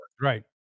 right